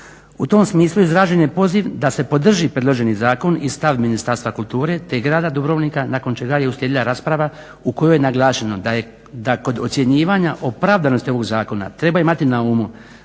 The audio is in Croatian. U tom smislu izražen je poziv da se podrži predloženi zakon i stav Ministarstva kulture te grada Dubrovnika nakon čega je uslijedila rasprava u kojoj je naglašeno da kod ocjenjivanja opravdanosti ovog zakona treba imati na umu